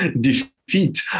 defeat